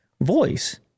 voice